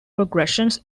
progressions